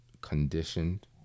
conditioned